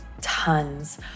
tons